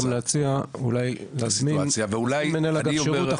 אם אפשר להציע: אולי גם להזמין אחת לרבעון מנהל אגף שירות,